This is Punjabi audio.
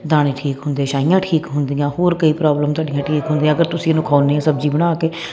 ਦਾਣੇ ਠੀਕ ਹੁੰਦੇ ਛਾਈਆਂ ਠੀਕ ਹੁੰਦੀਆਂ ਹੋਰ ਕਈ ਪ੍ਰੋਬਲਮ ਤੁਹਾਡੀਆਂ ਠੀਕ ਹੁੰਦੀਆਂ ਅਗਰ ਤੁਸੀਂ ਇਹਨੂੰ ਖੁਆਉਂਦੇ ਸਬਜੀ ਬਣਾ ਕੇ